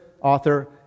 author